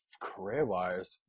career-wise